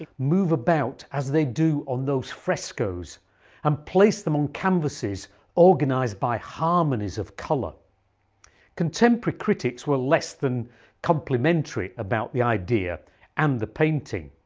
ah move about as they do on those frescoes and place them on canvases organised by harmonies of colour contemporary critics were less than complimentary about the idea and the painting.